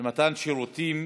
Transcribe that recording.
למתן שירותים